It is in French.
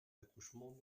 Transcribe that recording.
accouchements